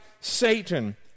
Satan